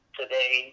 today